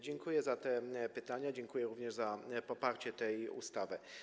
Dziękuję za te pytania, dziękuję również za poparcie tej ustawy.